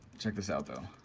check this out though.